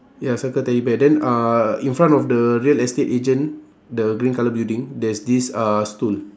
ya circle teddy bear then uh in front of the real estate agent the green colour building there's this uh stool